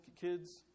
kids